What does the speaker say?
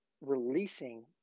releasing